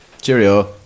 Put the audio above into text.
Cheerio